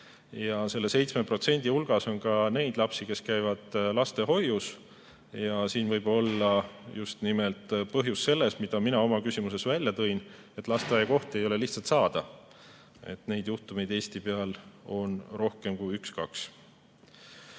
Selle 7% hulgas on ka neid lapsi, kes käivad lastehoius. Siin võib olla just nimelt põhjus selles, mida mina oma küsimuses välja tõin, et lasteaiakohti ei ole lihtsalt saada. Neid juhtumeid Eestis on rohkem kui